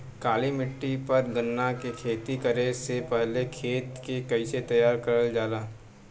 काली मिट्टी पर गन्ना के खेती करे से पहले खेत के कइसे तैयार करल जाला?